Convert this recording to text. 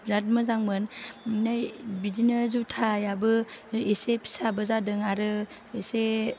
बिराद मोजांमोन ओमफ्राय बिदिनो जुथायाबो एसे फिसाबो जादों आरो एसे